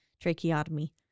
Tracheotomy